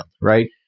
right